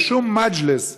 בשום מג'לס,